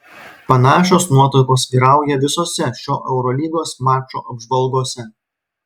panašios nuotaikos vyrauja visose šio eurolygos mačo apžvalgose